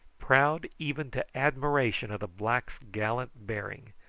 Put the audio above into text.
proud even to admiration of the black's gallant bearing.